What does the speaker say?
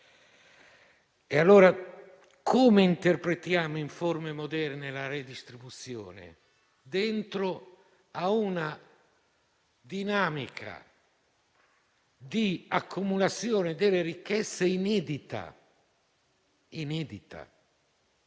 allora come interpretiamo in forme moderne la redistribuzione, dentro a una inedita dinamica di accumulazione delle ricchezze. Io credo